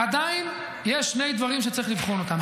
עדיין יש שני דברים שצריך לבחון אותם.